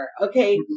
okay